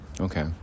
Okay